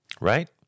right